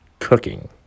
cooking